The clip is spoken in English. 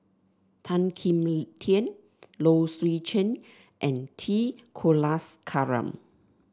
Tan Kim Tian Low Swee Chen and T Kulasekaram